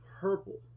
purple